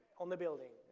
on the building,